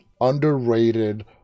underrated